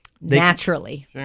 naturally